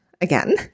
Again